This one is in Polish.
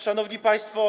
Szanowni Państwo!